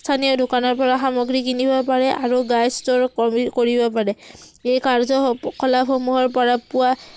স্থানীয় দোকানৰ পৰা সামগ্ৰী কিনিব পাৰে আৰু কমি কৰিব পাৰে এই কাৰ্যকলাপসমূহৰ পৰা পোৱা